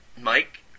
Mike